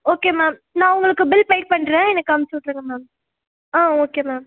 okay ma'am நான் உங்களுக்கு bill paid பண்ணுறேன் எனக்கு அனுப்பிச்சு விட்ருங்க மேம் ஆ ஓகே மேம்